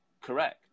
correct